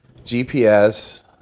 GPS